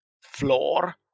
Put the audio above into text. floor